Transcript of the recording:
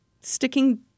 sticking